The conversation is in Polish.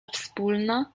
wspólna